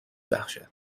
بخشد